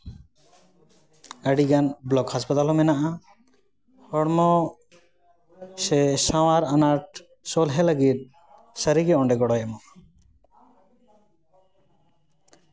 ᱟᱹᱰᱤᱜᱟᱱ ᱵᱞᱚᱠ ᱦᱟᱥᱯᱟᱛᱟᱞ ᱦᱚᱸ ᱢᱮᱱᱟᱜᱼᱟ ᱦᱚᱲᱢᱚ ᱥᱮ ᱥᱟᱶᱟᱨ ᱟᱱᱟᱴ ᱥᱚᱞᱦᱮ ᱞᱟᱹᱜᱤᱫ ᱥᱟᱹᱨᱤ ᱜᱮ ᱚᱸᱰᱮ ᱜᱚᱲᱚᱭ ᱮᱢᱚᱜᱼᱟ